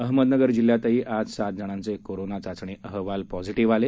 अहमदनगर जिल्ह्यातही आज सात जणांचे कोरोना चाचणी अहवाल पॅझीटीव्ह आले